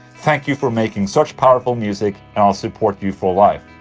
thank you for making such powerful music and i'll support you for like